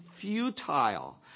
futile